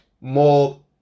more